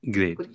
Great